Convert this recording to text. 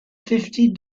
fifty